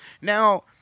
now